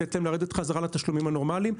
לתת להם לרדת חזרה לתשלומים הנורמליים.